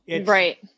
Right